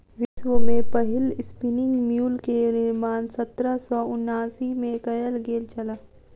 विश्व में पहिल स्पिनिंग म्यूल के निर्माण सत्रह सौ उनासी में कयल गेल छल